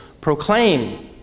proclaim